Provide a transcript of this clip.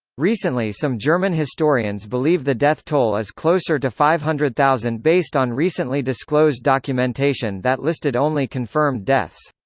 recently some german historians believe the death toll is closer to five hundred thousand based on recently disclosed documentation that listed only confirmed deaths.